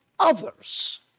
others